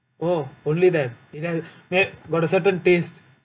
oh only that it has got a certain taste